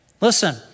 Listen